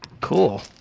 Cool